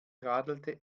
radelte